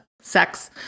sex